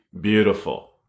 beautiful